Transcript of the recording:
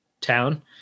town